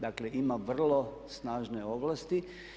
Dakle, ima vrlo snažne ovlasti.